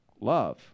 Love